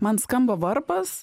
man skamba varpas